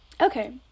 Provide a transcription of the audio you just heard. Okay